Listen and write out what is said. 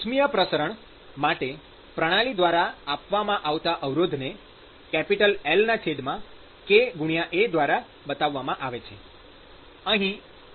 ઉષ્મિય પ્રસારણ માટે પ્રણાલી દ્વારા આપવામાં આવતા અવરોધને LkA દ્વારા બતાવવામાં આવે છે